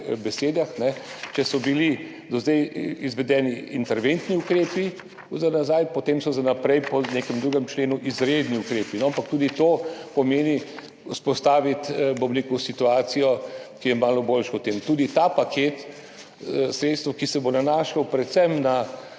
besedah. Če so bili do zdaj za nazaj izvedeni interventni ukrepi, potem so za naprej po nekem drugem členu izredni ukrepi, ampak tudi to pomeni vzpostaviti situacijo, ki je glede tega malo boljša. Tudi ta paket sredstev, ki se bo nanašal predvsem na